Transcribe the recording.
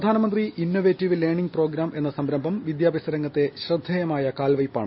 പ്രധാനമന്ത്രി innovative learning programme എന്ന സംരംഭം വിദ്യാഭ്യാസരംഗത്തെ ശ്രദ്ധേയമായ കാൽവയ്പാണ്